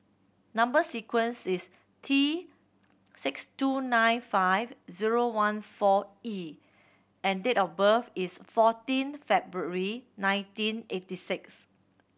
number sequence is T six two nine five zero one four E and date of birth is fourteen February nineteen eighty six